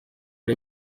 iri